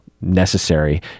necessary